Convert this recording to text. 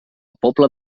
pobla